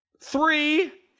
three